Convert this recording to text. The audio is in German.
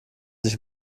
sich